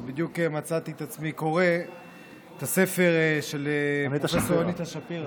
ובדיוק מצאתי את עצמי קורא את הספר של אניטה שפירא,